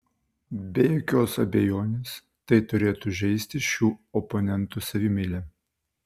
be jokios abejonės tai turėtų žeisti šių oponentų savimeilę